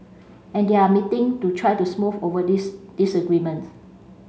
and they are meeting to try to smooth over these disagreement